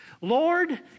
Lord